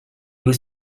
was